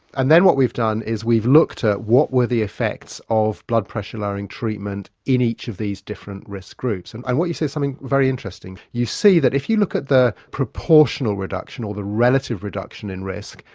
and then what we've done is we've looked at what were the effects of blood pressure lowering treatment in each of these different risk groups. and and what you see is something very interesting, you see that if you look at the proportional reduction or the relative reduction in risk,